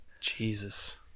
Jesus